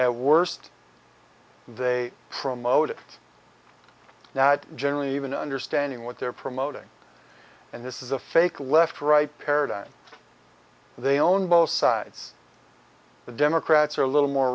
at worst they promote it now generally even understanding what they're promoting and this is a fake left right paradigm they own both sides the democrats are a little more